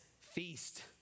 feast